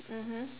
mmhmm